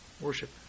Worship